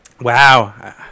Wow